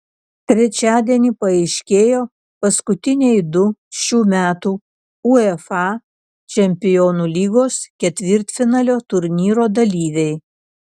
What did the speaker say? trečiadienį paaiškėjo paskutiniai du šių metų uefa čempionų lygos ketvirtfinalio turnyro dalyviai